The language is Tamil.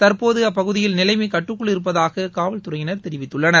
தற்போது அப்பகுதியில் நிலைமை கட்டுக்குள் இருப்பதாக காவல்துறையினர் தெரிவித்துள்ளனர்